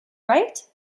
right